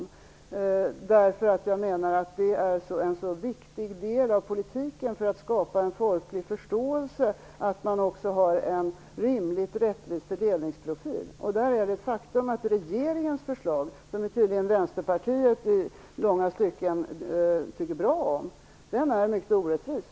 Att man också har en rimligt rättvis fördelningsprofil är en viktig del av politiken för att skapa en folklig förståelse. Det är ett faktum att fördelningen i regeringens förslag, som Vänsterpartiet tydligen i långa stycken tycker bra om, är mycket orättvis.